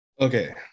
okay